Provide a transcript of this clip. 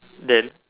then